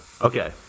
okay